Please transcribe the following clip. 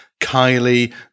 Kylie